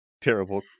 terrible